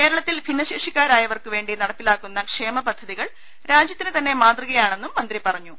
കേരളത്തിൽ ഭിന്നശേഷിക്കാരായവർക്ക് വേണ്ടി നടപ്പി ലാക്കുന്ന ക്ഷേമ പദ്ധതികൾ രാജ്യത്തിന് തന്നെ മാതൃകയാണെന്നും മന്ത്രി പറഞ്ഞു